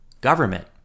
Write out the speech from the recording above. government